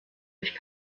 durch